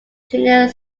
junior